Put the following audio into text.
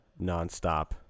nonstop